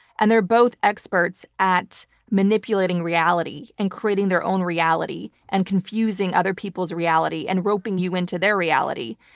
and they're both experts at manipulating reality and creating their own reality and confusing other people's reality and roping you into their reality.